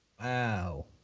Wow